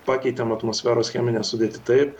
pakeitėm atmosferos cheminę sudėtį taip